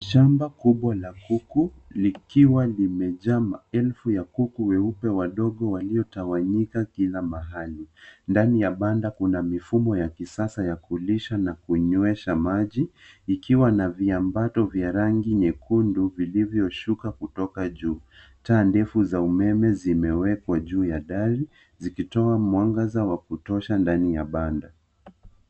Shamba kubwa la kuku likiwa limejaa maelfu ya kuku weupe wadogo waliotawanyika kila mahali. Ndani ya banda kuna mifumo ya kisasa ya kulisha na kunywesha maji likiwa na viambato vya rangi nyekundu vilivyoshuka kutoka juu. Taa ndefu za umeme zimewekwa juu ya dari zikitoa mwangaza wakutosha ndani ya banda.